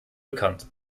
bekannt